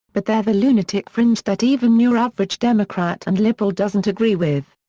but they're the lunatic fringe that even your average democrat and liberal doesn't agree with.